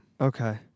Okay